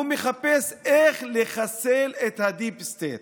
הוא מחפש איך לחסל את ה-deep state,